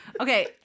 okay